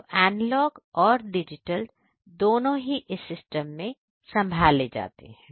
तो एनालॉग और डिजिटल दोनों ही इस सिस्टम में संभाले जाते हैं